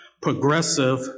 progressive